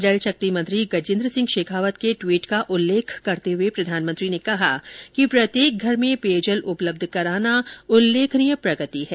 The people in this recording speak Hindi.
जल शक्ति मंत्री गजेन्द्र सिंह शेखावत के दवीट का उल्लेख करते हुए प्रधानमंत्री ने कहा कि प्रत्येक घर में पेयजल उपलब्ध कराना उल्लेखनीय प्रगति है